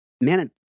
man